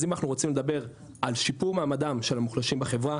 אז אם אנחנו רוצים לדבר על שיפור מעמדם של המוחלשים בחברה,